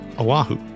Oahu